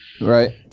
right